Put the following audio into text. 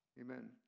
Amen